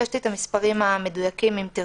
יש לי את המספרים המדויקים, אם תרצו.